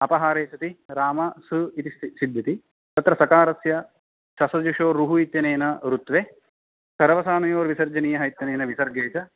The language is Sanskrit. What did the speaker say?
अपहारे सति राम स् इति स् सिध्यति तत्र सकारस्य ससजुषो रुः इत्यनेन रुत्वे खरवसानयोः विसर्जनीयः इत्यनेन विसर्गे च